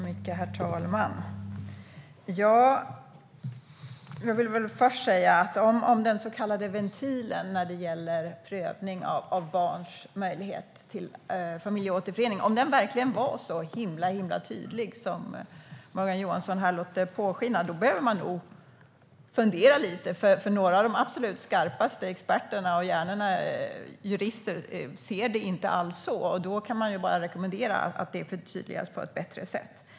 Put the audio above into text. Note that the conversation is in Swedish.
Herr talman! Först vill jag säga något om den så kallade ventilen när det gäller prövning av barns möjlighet till familjeåterförening. Om den verkligen var så tydlig som Morgan Johansson här låter påskina behöver man nog fundera lite, eftersom några av de absolut skarpaste experterna, hjärnorna och juristerna inte alls ser det så. Då kan jag bara rekommendera att det förtydligas på ett bättre sätt.